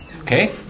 Okay